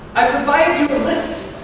i provided you a list,